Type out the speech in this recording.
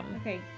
okay